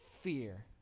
fear